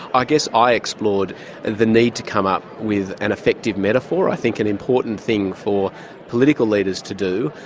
i guess i explored the need to come up with an effective metaphor. i think an important thing for political leaders to do,